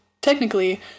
technically